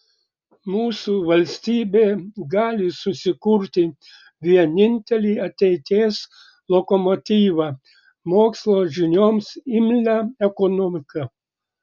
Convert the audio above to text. mūsų valstybė gali susikurti vienintelį ateities lokomotyvą mokslo žinioms imlią ekonomiką